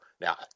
Now